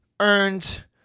earned